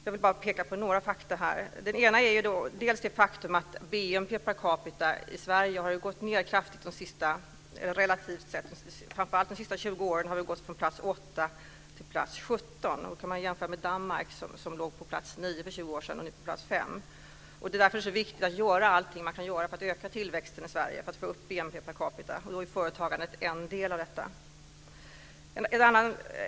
Jag vill bara peka på några fakta här. Det är bl.a. det faktum att BNP per capita i Sverige relativt sett har gått ned kraftigt de senaste 20 åren. Vi har gått från plats 8 till plats 17. Det kan jämföras med Danmark som låg på plats 9 för 20 år sedan och nu ligger på plats 5. Det är mot denna bakgrund viktigt att man gör allt som kan göras för att öka tillväxten i Sverige, att få upp BNP per capita, och företagandet är en del av detta.